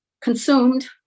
consumed